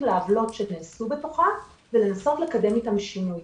לעוולות שנעשו בתוכה ולנסות לקדם איתם שינוי.